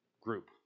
group